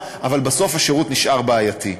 אבל בסוף השירות נשאר בעייתי,